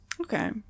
okay